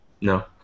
No